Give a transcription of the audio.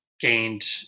gained